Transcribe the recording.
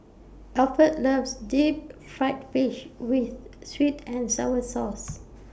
Alford loves Deep Fried Fish with Sweet and Sour Sauce